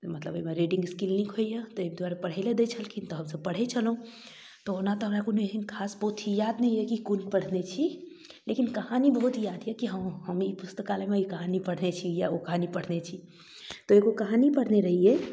मतलब ओइमे reading skill नीक होइए तै दुआरे पढ़य लऽ दै छलखिन तऽ हमसब पढ़य छलहुँ तऽ ओना तऽ हमरा कोनो एहन खास पोथी याद नहि यऽ की कोन पढ़ने छी लेकिन कहानी बहुत याद यऽ की हँ हम ई पुस्तकालयमे ई कहानी पढ़ने छी या ओ कहानी पढ़ने छी तऽ एगो कहानी पढ़ने रहिएयै